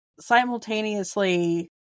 simultaneously